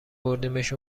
بردیمش